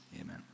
amen